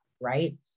right